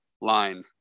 line